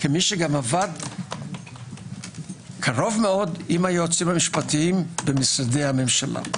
כמי שגם עבד קרוב מאוד עם היועצים המשפטיים במשרדי הממשלה.